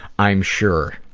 i'm sure.